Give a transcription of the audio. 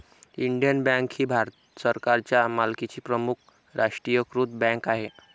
Indian bank ही भारत सरकारच्या मालकीची प्रमुख राष्ट्रीयीकृत बँक आहे